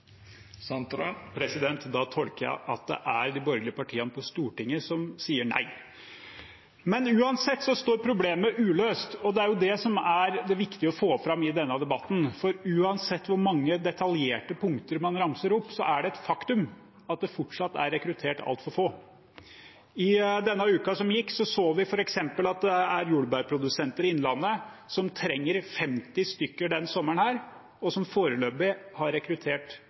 Da tolker jeg det slik at det er de borgerlige partiene på Stortinget som sier nei. Uansett står problemet uløst, og det er det som er det viktige å få fram i denne debatten. Uansett hvor mange detaljerte punkter man ramser opp, er det et faktum at det fortsatt er rekruttert altfor få. I uken som gikk, så vi f.eks. at det er jordbærprodusenter i Innlandet som trenger 50 personer denne sommeren, men som foreløpig har rekruttert